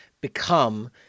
become